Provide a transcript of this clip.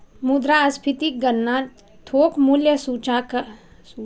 मुद्रास्फीतिक गणना थोक मूल्य सूचकांक आ उपभोक्ता मूल्य सूचकांक के आधार पर होइ छै